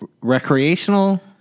recreational